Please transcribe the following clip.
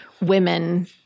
women